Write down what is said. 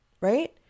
right